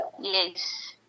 Yes